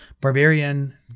Barbarian